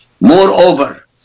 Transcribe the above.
Moreover